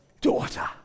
daughter